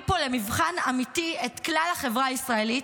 פה למבחן אמיתי את כלל החברה הישראלית,